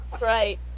Right